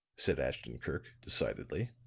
said ashton-kirk, decidedly.